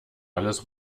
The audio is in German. alles